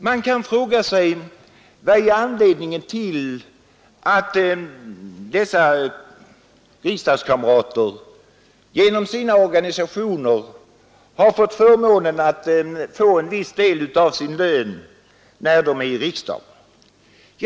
Man kan fråga: Vad är anledningen till att dessa riksdagskamrater genom sina organisationers insatser har fått förmånen att behålla en viss del av sin lön medan de sitter i riksdagen?